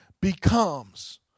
becomes